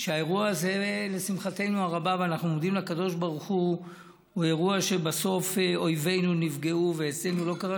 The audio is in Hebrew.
אנחנו מתפללים לקדוש ברוך הוא שזה לא יבשיל לכדי מלחמה וגם לא לכדי